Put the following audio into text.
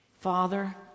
Father